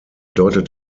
deutet